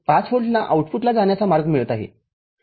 ५ व्होल्टला आउटपुटला जाण्याचा मार्ग मिळत आहे